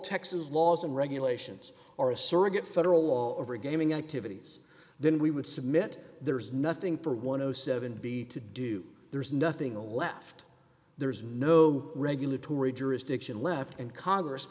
texas laws and regulations are a surrogate federal law over gaming activities then we would submit there's nothing for one hundred and seven b to do there's nothing left there's no regulatory jurisdiction left and congress